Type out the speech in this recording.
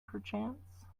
perchance